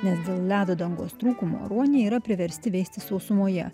nes dėl ledo dangos trūkumo ruoniai yra priversti veistis sausumoje